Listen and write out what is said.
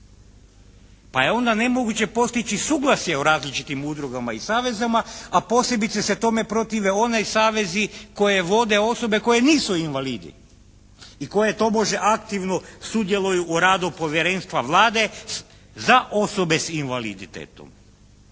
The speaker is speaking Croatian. pa je onda nemoguće postići suglasje o različitim udrugama i savezima a posebice se tome protive oni savezi koje vode osobe koje nisu invalidi i koje tobože aktivno sudjeluju u radu povjerenstva Vlade za osobe s invaliditetom.